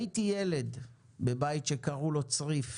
הייתי ילד בבית שקראו לו צריף